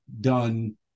done